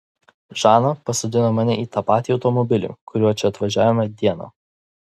žana pasodino mane į tą patį automobilį kuriuo čia atvažiavome dieną